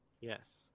Yes